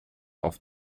auf